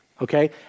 okay